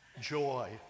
joy